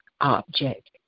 object